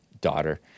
daughter